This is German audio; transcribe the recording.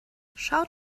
schaut